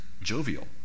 jovial